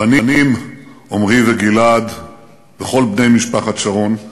הבנים עמרי וגלעד וכל בני משפחת שרון,